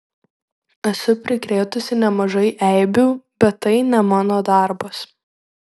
esu prikrėtusi nemažai eibių bet tai ne mano darbas